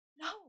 No